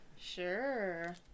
Sure